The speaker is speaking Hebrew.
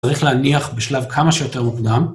צריך להניח בשלב כמה שיותר מוקדם.